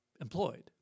Employed